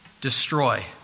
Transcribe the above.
destroy